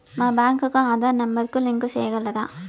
మా బ్యాంకు కు ఆధార్ నెంబర్ కు లింకు సేయగలరా?